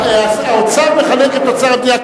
האוצר מחלק את אוצר המדינה,